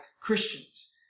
Christians